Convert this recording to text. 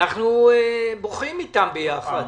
ואנחנו בוכים אתם ביחד.